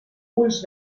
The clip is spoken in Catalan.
ulls